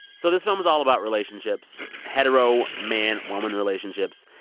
so this film is all about relationships hetero, man-woman relationships.